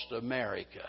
America